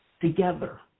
together